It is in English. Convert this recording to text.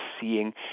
seeing